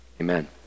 Amen